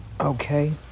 Okay